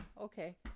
Okay